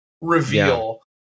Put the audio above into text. reveal